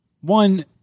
one